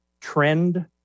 trend